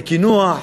לקינוח,